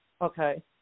Okay